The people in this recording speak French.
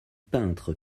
peintre